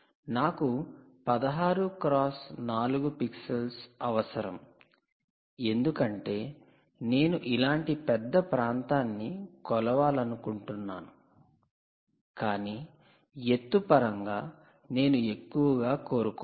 నాకు 16 cross 4 pixels అవసరం ఎందుకంటే నేను ఇలాంటి పెద్ద ప్రాంతాన్ని కొలవాలనుకుంటున్నాను కాని ఎత్తు పరంగా నేను ఎక్కువగా కోరుకోను